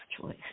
choice